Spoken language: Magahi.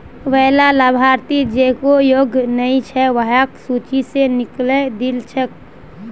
वैला लाभार्थि जेको योग्य नइ छ वहाक सूची स निकलइ दिल छेक